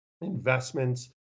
investments